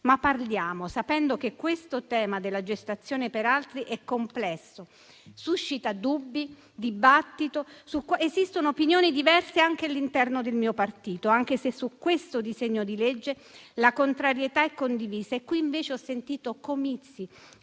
Parliamo sapendo che questo tema della gestazione per altri è complesso e suscita dubbi e dibattito. Esistono opinioni diverse pure all'interno del mio partito, anche se su questo disegno di legge la contrarietà è condivisa. Qui ho invece sentito comizi